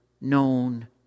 known